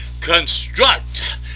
construct